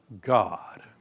God